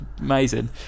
amazing